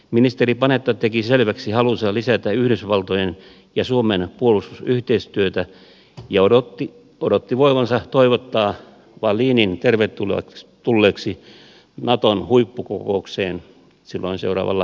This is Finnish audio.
ministeri panetta teki selväksi halunsa lisätä yhdysvaltojen ja suomen puolustusyhteistyötä ja odotti voivansa toivottaa wallinin tervetulleeksi naton huippukokoukseen seuraavalla viikolla